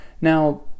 Now